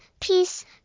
peace